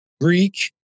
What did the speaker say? Greek